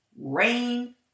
rain